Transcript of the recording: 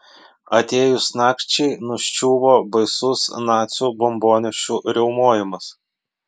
atėjus nakčiai nuščiuvo baisus nacių bombonešių riaumojimas